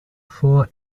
four